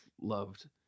loved